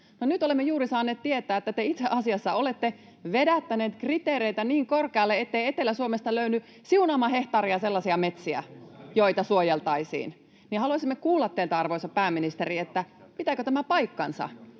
nyt olemme juuri saaneet tietää, että te itse asiassa olette vedättäneet kriteereitä niin korkealle, ettei Etelä-Suomesta löydy siunaamaa hehtaaria sellaisia metsiä, joita suojeltaisiin. Haluaisimme kuulla teiltä, arvoisa pääministeri, pitääkö tämä paikkansa.